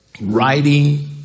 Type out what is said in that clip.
writing